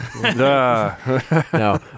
No